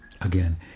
again